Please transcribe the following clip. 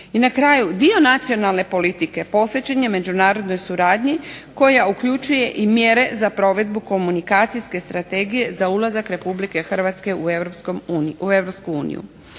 I na kraju dio nacionalne politike posvećen je međunarodnoj suradnji koja uključuje i mjere za provedbu komunikacijske strategije za ulazak Republike Hrvatske u